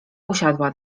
usiadła